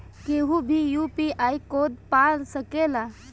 केहू भी UPI code पा सकेला?